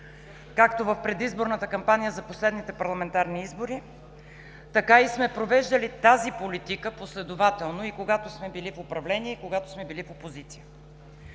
както в предизборната кампания за последните парламентарни избори, така и сме провеждали тази политика последователно и когато сме били в управление, и когато сме били в опозиция.